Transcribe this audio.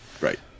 Right